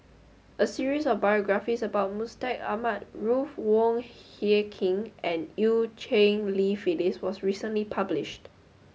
a series of biographies about Mustaq Ahmad Ruth Wong Hie King and Eu Cheng Li Phyllis was recently published